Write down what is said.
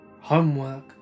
homework